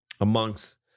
amongst